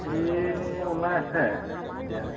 এই ওলাই আছে এতিয়া